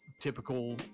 typical